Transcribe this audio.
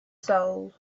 soul